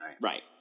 right